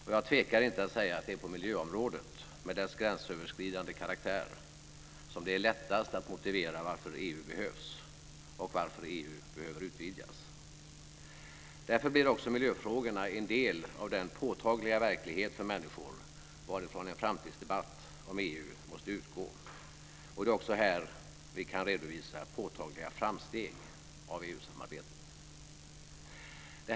Och jag tvekar inte att säga att det är på miljöområdet med dess gränsöverskridande karaktär som det är lättast att motivera varför EU behövs och varför EU behöver utvidgas. Därför blir också miljöfrågorna en del av den påtagliga verklighet för människor varifrån en framtidsdebatt om EU måste utgå. Det är också här som vi kan redovisa påtagliga framsteg av EU-samarbetet.